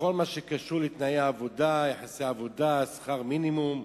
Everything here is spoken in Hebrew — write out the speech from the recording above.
בכל הקשור לתנאי עבודה, יחסי עבודה, שכר מינימום.